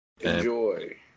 Enjoy